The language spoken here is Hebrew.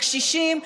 לקשישים,